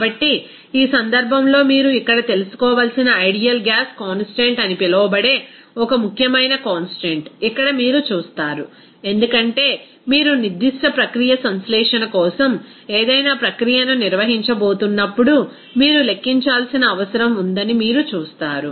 కాబట్టి ఈ సందర్భంలో మీరు ఇక్కడ తెలుసుకోవలసిన ఐడియల్ గ్యాస్ కాన్స్టాంట్ అని పిలువబడే ఒక ముఖ్యమైన కాన్స్టాంట్ ఇక్కడ మీరు చూస్తారు ఎందుకంటే మీరు నిర్దిష్ట ప్రక్రియ సంశ్లేషణ కోసం ఏదైనా ప్రక్రియను నిర్వహించబోతున్నప్పుడు మీరు లెక్కించాల్సిన అవసరం ఉందని మీరు చూస్తారు